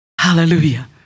Hallelujah